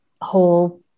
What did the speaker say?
whole